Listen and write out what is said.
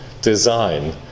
design